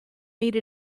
made